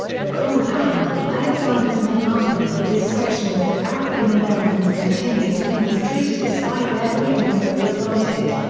the cruel hand alexander's main argument for this section is that african americans continued to be mistreated despite their freedoms that were granted.